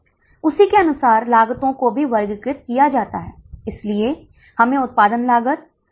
क्या आप सिर्फ 50 छात्रों के साथ एक और सम विच्छेद पा सकते हैं